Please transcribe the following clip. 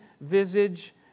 visage